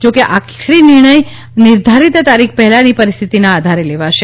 જોકે આખરી નિર્ણય નિર્ધારિત તારીખ પહેલાંની પરિસ્થિતિના આધારે લેવાશે